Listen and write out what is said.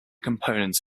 component